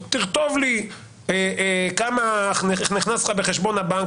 תכתוב לי כמה נכנס לך בחשבון הבנק,